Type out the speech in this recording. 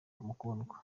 mukundwa